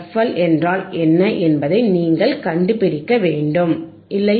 L என்றால் என்ன என்பதை நீங்கள் கண்டுபிடிக்க வேண்டும் இல்லையா